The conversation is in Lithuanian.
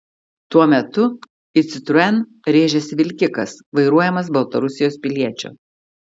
tuo metu į citroen rėžėsi vilkikas vairuojamas baltarusijos piliečio